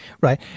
right